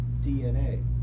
DNA